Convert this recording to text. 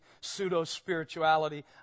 pseudo-spirituality